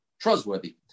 trustworthy